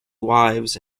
wives